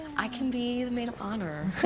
i can be the maid of honor.